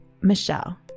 Michelle